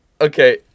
okay